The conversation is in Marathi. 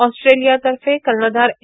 ऑस्ट्रेलियातर्फे कर्णधार ए